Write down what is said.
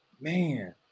man